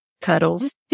Cuddles